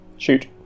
shoot